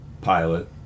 pilot